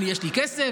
יש לי כסף,